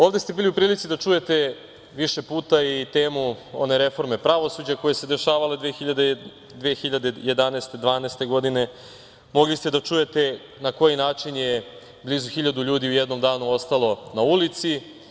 Ovde ste bili u prilici da čujete više puta i temu one reforme pravosuđa koja se dešavala 2011/2012. godine, mogli ste da čujete na koji način je blizu hiljadu ljudi u jednom danu ostalo na ulici.